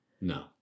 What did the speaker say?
No